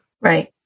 Right